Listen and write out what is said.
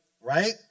right